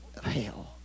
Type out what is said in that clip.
hell